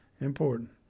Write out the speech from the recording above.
important